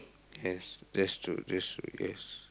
yes that's true that's true yes